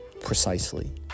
precisely